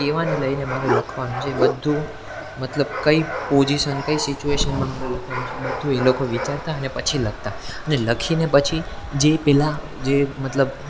કહેવાને લઈને મારે લખવાનું છે એ બધું મતલબ કઈ પોજીસન કઈ સિચવેશનમાં મારે લખવાનું છે એ બધું એ લોકો વિચારતા અને પછી લખતા અને લખીને પછી જે પહેલાં જે મતલબ